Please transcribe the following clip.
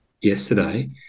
yesterday